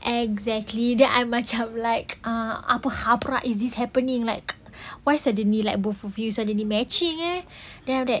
exactly then I macam like ah apa haprak ini is this happening like why suddenly like both you suddenly matching eh then after that